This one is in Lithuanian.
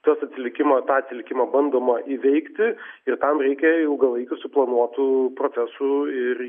tos atlikimo tą atsilikimą bandoma įveikti ir tam reikia ilgalaikių suplanuotų procesų ir